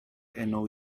enw